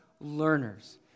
learners